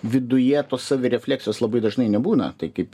viduje tos savirefleksijos labai dažnai nebūna tai kaip